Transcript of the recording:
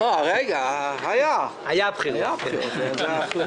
היו בחירות.